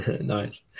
nice